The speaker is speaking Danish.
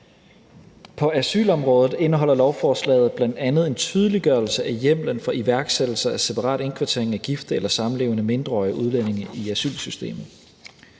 På asylområdet indeholder lovforslaget bl.a. en tydeliggørelse af hjemmelen for iværksættelse af separat indkvartering af gifte eller samlevende mindreårige udlændinge i asylsystemet.